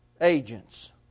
agents